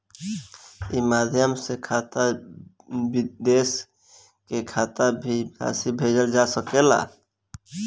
ई माध्यम से खाता से विदेश के खाता में भी राशि भेजल जा सकेला का?